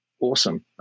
awesome